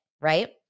right